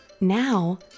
Now